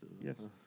Yes